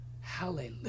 hallelujah